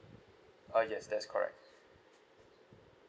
ah yes that's correct